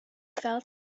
fell